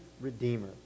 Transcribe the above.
redeemer